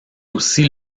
aussi